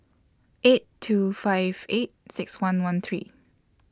eight two five eight six one one three